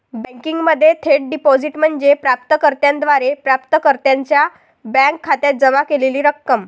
बँकिंगमध्ये थेट डिपॉझिट म्हणजे प्राप्त कर्त्याद्वारे प्राप्तकर्त्याच्या बँक खात्यात जमा केलेली रक्कम